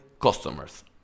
customers